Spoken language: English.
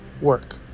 work